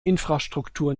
infrastruktur